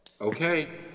Okay